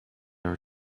were